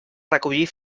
recollir